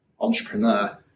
entrepreneur